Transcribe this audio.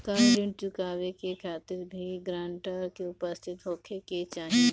का ऋण चुकावे के खातिर भी ग्रानटर के उपस्थित होखे के चाही?